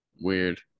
Weird